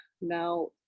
now